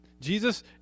Jesus